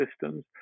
systems